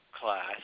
class